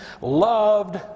loved